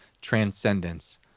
transcendence